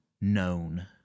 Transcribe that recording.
known